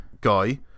guy